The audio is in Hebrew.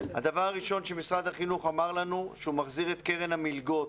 הדבר הראשון שמשרד החינוך אמר לנו זה שהוא מחזיר את קרן המלגות